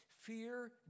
Fear